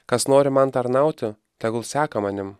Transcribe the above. kas nori man tarnauti tegul seka manim